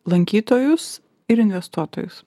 lankytojus ir investuotojus